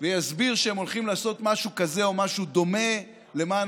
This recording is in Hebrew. ויסביר שהם הולכים לעשות משהו כזה או משהו דומה למען